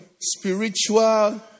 spiritual